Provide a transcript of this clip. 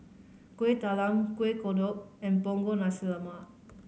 Kueh Talam Kuih Kodok and Punggol Nasi Lemak